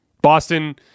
Boston